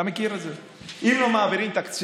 אתה מכיר את זה: אם לא מעבירים תקציב